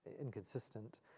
inconsistent